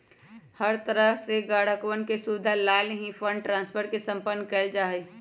हर तरह से ग्राहकवन के सुविधा लाल ही फंड ट्रांस्फर के सम्पन्न कइल जा हई